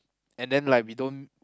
and then like we don't